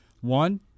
One